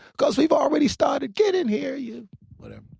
because we've already started. get in here. you know